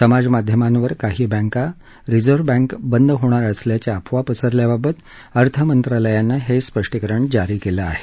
समाज माध्यमांवर काही बँका रिझर्व बँक बंद होणार असल्याच्या अफवा पसरल्या बाबत अर्थमंत्रालयानं हे स्पष्टीकरण जारी केलं आहे